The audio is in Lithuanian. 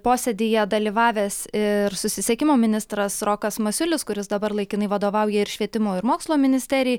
posėdyje dalyvavęs ir susisiekimo ministras rokas masiulis kuris dabar laikinai vadovauja ir švietimo ir mokslo ministerijai